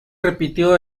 repitió